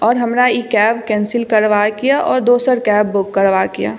आओर हमरा ई कैब कैन्सिल करबाके अछि आओर दोसर कैब बुक करबाके अछि